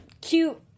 cute –